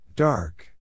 Dark